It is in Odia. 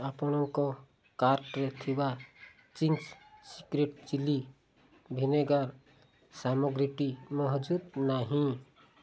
ଆପଣଙ୍କ କାର୍ଟ୍ରେ ଥିବା ଚିଙ୍ଗ୍ସ୍ ସିକ୍ରେଟ୍ ଚିଲ୍ଲି ଭିନେଗାର୍ ସାମଗ୍ରୀଟି ମହଜୁଦ ନାହିଁ